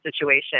situation